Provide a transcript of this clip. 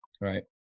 Right